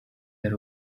hari